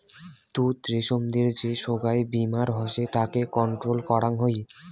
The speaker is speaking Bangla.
তুত রেশমদের যে সোগায় বীমার হসে তাকে কন্ট্রোল করং হই